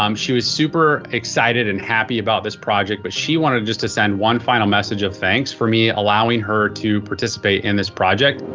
um she was super excited and happy about this project. but she wanted just to send one final message of thanks for me allowing her to participate in this project.